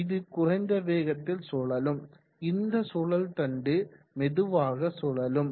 இது குறைந்த வேகத்தில் சுழலும் இந்த சுழல் தண்டு மெதுவாக சுழலும்